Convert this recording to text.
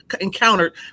encountered